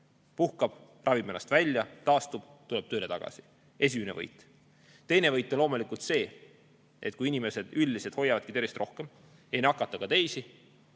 puhkab, ravib haiguse välja, taastub ja tuleb tööle tagasi. See on esimene võit. Teine võit on loomulikult see, et kui inimesed üldiselt hoiavadki oma tervist rohkem, ei nakata ka teisi,